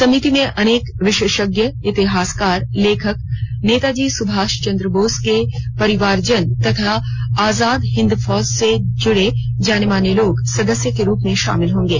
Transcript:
समिति में अनेक विशेषज्ञ इतिहासकार लेखक नेताजी सुभाष चन्द्र बोस के परिवारजन तथा आजाद हिंद फौज से जुड़े जाने माने लोग सदस्य के रूप में शामिल होंगे